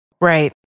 Right